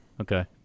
Okay